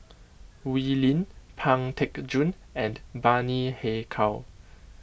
Wee Lin Pang Teck Joon and Bani Haykal